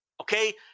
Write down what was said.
Okay